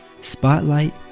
spotlight